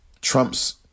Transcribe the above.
Trump's